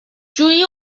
جوئی